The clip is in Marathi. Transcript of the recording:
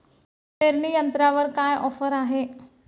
पेरणी यंत्रावर काय ऑफर आहे?